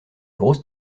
grosse